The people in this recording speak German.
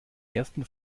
ersten